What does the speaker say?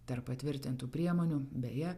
tarp patvirtintų priemonių beje